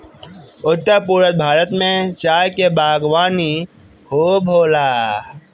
उत्तर पूरब भारत में चाय के बागवानी खूब होला